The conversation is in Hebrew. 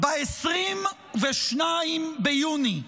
ב-22 ביוני.